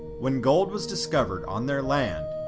when gold was discovered on their land,